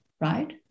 right